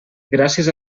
gràcies